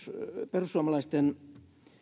perussuomalaisten